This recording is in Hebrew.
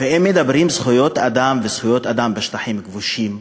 ואם מדברים על זכויות אדם וזכויות אדם בשטחים כבושים,